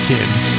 Kids